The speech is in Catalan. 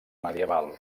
medieval